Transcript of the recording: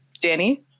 danny